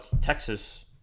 Texas